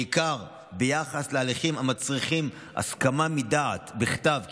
בעיקר ביחס להליכים המצריכים הסכמה מדעת בכתב,